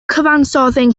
cyfansoddyn